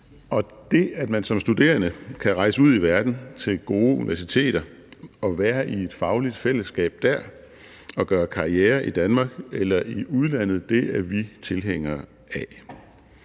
Det, at man som studerende kan rejse ud i verden til gode universiteter og være i et fagligt fællesskab der og gøre karriere i Danmark eller i udlandet, er vi tilhængere af.